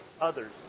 others